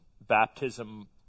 baptism